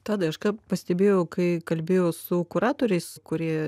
tadai aš ką pastebėjau kai kalbėjau su kuratoriais kurie